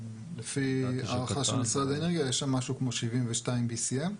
לפי הערכה של משרד האנרגיה יש שם משהו כמו 72 BCM,